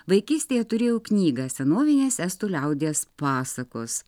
vaikystėje turėjau knygą senovinės estų liaudies pasakos